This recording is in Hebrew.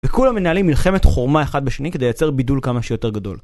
וכולם מנהלים מלחמת חורמה אחד בשני כדי לייצר בידול כמה שיותר גדול.